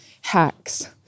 hacks